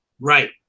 Right